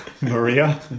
Maria